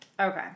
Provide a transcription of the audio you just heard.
Okay